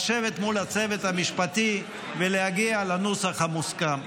הצוות המשפטי ולהגיע לנוסח המוסכם.